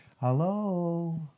hello